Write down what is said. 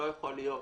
לא יכול להיות